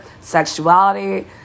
sexuality